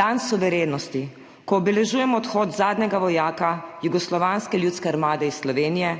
Dan suverenosti, ko obeležujemo odhod zadnjega vojaka Jugoslovanske ljudske armade iz Slovenije,